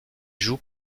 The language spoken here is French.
joue